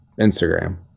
Instagram